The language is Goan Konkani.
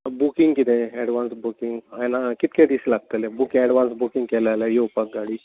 बुकींग कितें एडवान्स बुकींग येना कितले दीस लागतले बूक एडवान्स बुकींग केला जाल्यार येवपाक गाडी